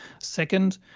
Second